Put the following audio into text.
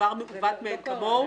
דבר מעוות מאין כמוהו.